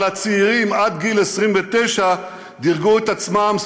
אבל הצעירים עד גיל 29 דירגו את עצמם,